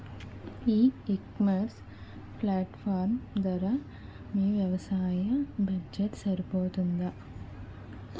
ఈ ecommerce platform ధర మీ వ్యవసాయ బడ్జెట్ సరిపోతుందా?